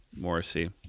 Morrissey